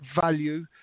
value